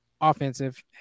offensive